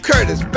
Curtis